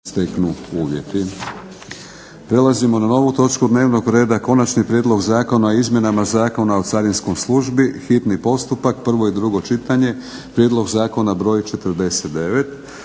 Prelazimo na novu točku dnevnog reda - Konačni prijedlog zakona o izmjenama Zakona o carinskoj službi, hitni postupak, prvo i drugo čitanje, P.Z. br. 49.